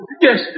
Yes